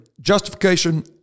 justification